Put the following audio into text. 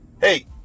Hey